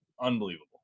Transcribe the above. unbelievable